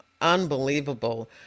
unbelievable